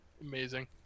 amazing